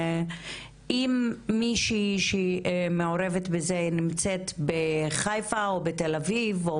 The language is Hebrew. אם מישהי שמעורבת בזה נמצאת בחיפה או בתל אביב או